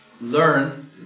learn